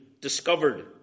discovered